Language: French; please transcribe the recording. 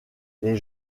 les